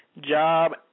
job